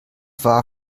war